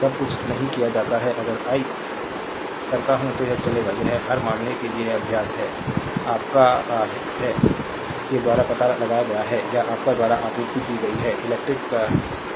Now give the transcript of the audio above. यह सब कुछ नहीं किया जाता है अगर आई करता हूं तो यह चलेगा यह हर मामले के लिए एक अभ्यास है आपका के द्वारा पता लगाया गया है या आपका द्वारा आपूर्ति की गई है इलेक्ट्रिक इलेक्ट्रिक एलिमेंट्स